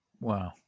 Wow